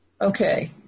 Okay